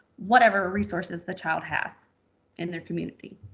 whatever resources the child has in their community.